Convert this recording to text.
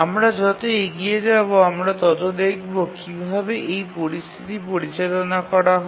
আমরা যত এগিয়ে যাব আমরা ততো দেখবো কীভাবে এই পরিস্থিতিটি পরিচালনা করা হয়